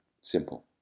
Simple